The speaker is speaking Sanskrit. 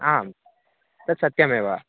आं तत् सत्यमेव